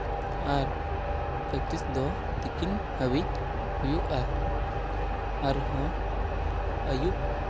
ᱟᱨ practice ᱫᱚ ᱛᱤᱠᱤᱱ ᱦᱟᱹᱵᱤᱡ ᱦᱩᱭᱩᱜᱼᱟ ᱟᱨᱦᱚᱸ ᱟᱹᱭᱩᱵ